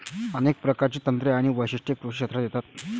अनेक प्रकारची तंत्रे आणि वैशिष्ट्ये कृषी क्षेत्रात येतात